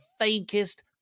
fakest